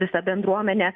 visa bendruomenė